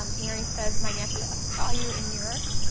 um mary says, my naturopath saw you in new york.